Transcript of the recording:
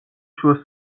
შუა